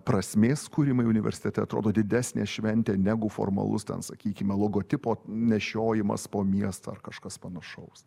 prasmės kūrimai universitete atrodo didesnė šventė negu formalus ten sakykime logotipo nešiojimas po miestą ar kažkas panašaus